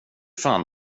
fan